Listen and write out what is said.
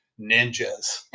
Ninjas